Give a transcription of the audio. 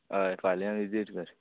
हय फाल्यां विजीट कर